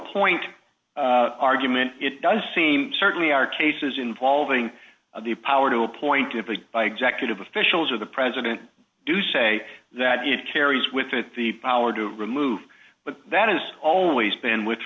appoint an argument it does seem certainly are cases involving the power to appoint an executive officials or the president do say that it carries with it the power to remove but that has always been with